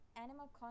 Animal